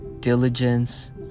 diligence